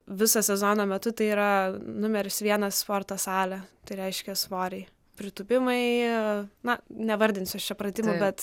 viso sezono metu tai yra numeris vienas sporto salė tai reiškia svoriai pritūpimai na nevardinsiu aš čia pratimų bet